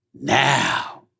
now